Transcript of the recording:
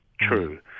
true